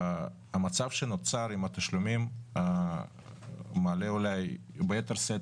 המצב שנוצר עם התשלומים מעלה אולי ביתר שאת